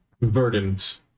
verdant